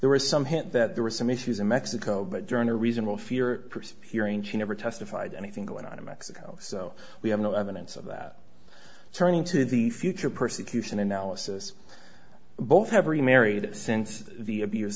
there were some hint that there were some issues in mexico but during a reasonable fear for spearing she never testified anything going on in mexico so we have no evidence of that turning to the future persecution analysis both have remarried since the abuse